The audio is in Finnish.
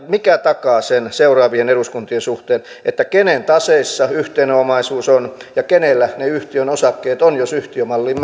mikä takaa seuraavien eduskuntien suhteen sen kenen taseissa yhteinen omaisuus on ja kenellä ne yhtiön osakkeet ovat jos yhtiömalliin